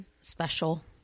special